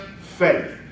faith